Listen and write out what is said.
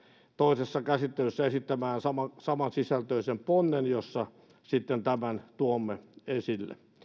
toisessa käsittelyssä esittämään samansisältöisen ponnen jossa sitten tämän tuomme